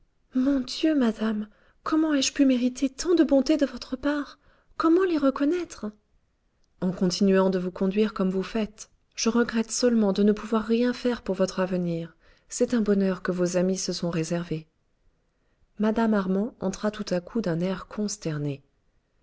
mon dieu madame comment ai-je pu mériter tant de bontés de votre part comment les reconnaître en continuant de vous conduire comme vous faites je regrette seulement de ne pouvoir rien faire pour votre avenir c'est un bonheur que vos amis se sont réservé mme armand entra tout à coup d'un air consterné